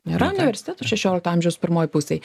nėra universitetų šešiolikto amžiaus pirmoj pusėj